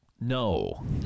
No